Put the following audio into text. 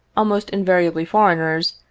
almost invariably foreigners,